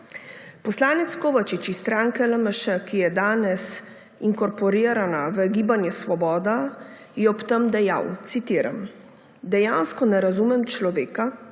Poslanec Kovačič iz stranke LMŠ, ki je danes inkorporirana v Gibanje Svoboda, je ob tem dejal, citiram: »Dejansko ne razumem človeka,